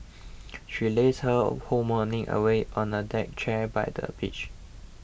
she lazed her whole morning away on a deck chair by the beach